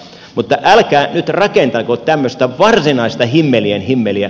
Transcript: mutta älkää nyt rakentako tämmöistä varsinaista himmelien himmeliä